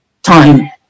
time